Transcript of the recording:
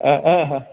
હા હા